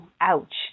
Ouch